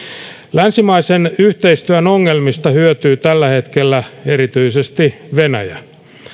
länsimaisen yhteistyön ongelmista hyötyy tällä hetkellä erityisesti venäjä